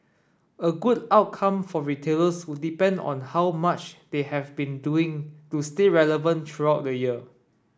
a good outcome for retailers would depend on how much they have been doing to stay relevant throughout the year